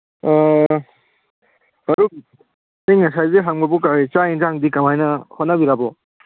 ꯃꯔꯨꯞ ꯑꯩ ꯁꯉꯥꯏꯗꯒꯤ ꯍꯪꯕꯕꯨ ꯀꯔꯤ ꯆꯥꯛ ꯑꯦꯟꯁꯥꯡꯗꯤ ꯀꯃꯥꯏꯅ ꯍꯣꯠꯅꯕꯤꯔꯕꯣ